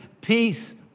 peace